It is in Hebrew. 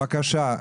טלי קויפמן, בבקשה.